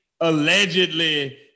allegedly